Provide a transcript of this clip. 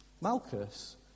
Malchus